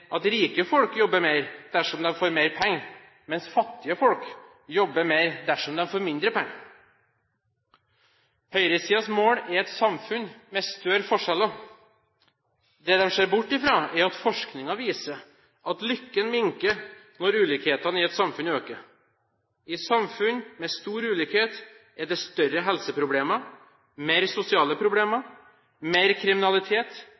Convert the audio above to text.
at rike folk jobber mer dersom de får mer penger, mens fattige folk jobber mer dersom de får mindre penger. Høyresidens mål er et samfunn med større forskjeller. Det de ser bort fra, er at forskningen viser at lykken minker når ulikheter i et samfunn øker. I samfunn med stor ulikhet er det større helseproblemer, mer sosiale problemer, mer kriminalitet